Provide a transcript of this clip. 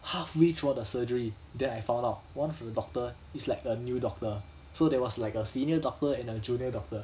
halfway throughout the surgery then I found out one of the doctor is like a new doctor so there was like a senior doctor and a junior doctor